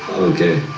okay,